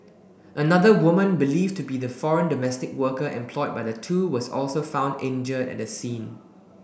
another woman believed to be the foreign domestic worker employed by the two was also found injured at the scene